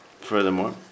furthermore